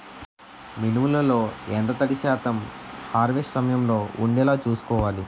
మినుములు లో ఎంత తడి శాతం హార్వెస్ట్ సమయంలో వుండేలా చుస్కోవాలి?